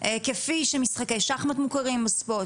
כפי שמשחקי שחמט מוכרים כספורט,